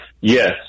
Yes